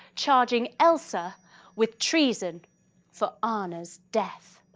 charging elsa with treason for anna's death.